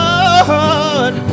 Lord